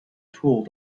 tool